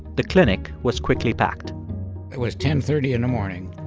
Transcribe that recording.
the clinic was quickly packed it was ten thirty in the morning.